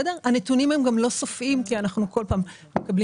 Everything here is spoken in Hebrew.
הנתונים הם גם לא סופיים כי כל פעם אנחנו מקבלים